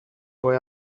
boy